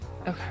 okay